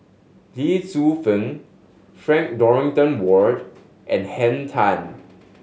Lee Tzu Pheng Frank Dorrington Ward and Henn Tan